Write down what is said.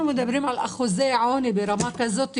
מדברים על אחוזי העוני ברמה כזאת גבוהה,